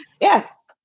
yes